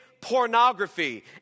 pornography